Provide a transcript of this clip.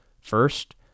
First